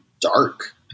dark